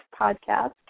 podcast